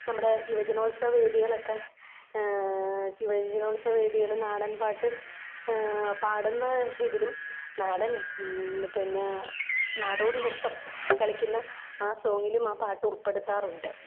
നമ്മുടെ യുവജനോത്സവ വേദികളൊക്കെ യുവജനോത്സവ വേദികളിൽ നാടൻ പാട്ട് പാടുന്ന ഇതിലും നാടൻ പിന്നെ ആ നാടോടി നൃത്തം കളിക്കുന്ന ആ സോങിലും ആ പാട്ടുൾപ്പെടുത്താറുണ്ട്